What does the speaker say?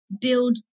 build